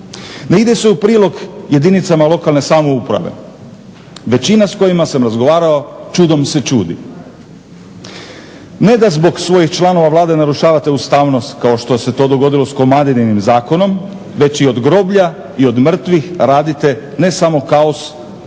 Ne ide se u prilog jedinicama lokalne samouprave. Većina s kojima sam razgovarao čudom se čudi. Ne da zbog svojih članova Vlade narušavate ustavnost kao što se to dogodilo sa Komadininim zakonom već i od groblja i od mrtvih radite ne samo kaos